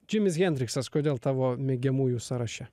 džimis hendriksas kodėl tavo mėgiamųjų sąraše